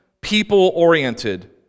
people-oriented